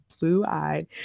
blue-eyed